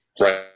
Right